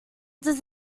does